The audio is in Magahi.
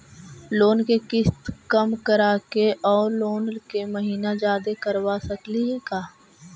लोन के किस्त कम कराके औ लोन के महिना जादे करबा सकली हे का?